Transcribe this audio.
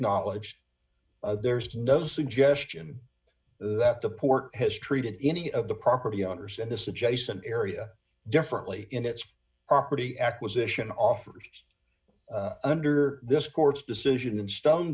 acknowledged there is no suggestion that the port has treated any of the property owners in this adjacent area differently in its property acquisition offers under this court's decision in stone